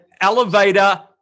elevator